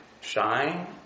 shine